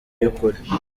by’ukuri